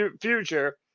future